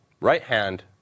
right-hand